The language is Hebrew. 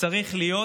צריך להיות